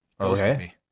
Okay